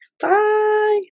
Bye